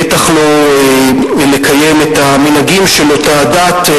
בטח לא לקיים את המנהגים של אותה דת,